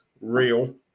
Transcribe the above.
real